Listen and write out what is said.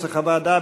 כנוסח הוועדה,